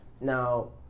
Now